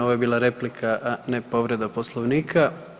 Ovo je bila replika, a ne povreda Poslovnika.